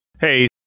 Hey